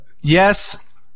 Yes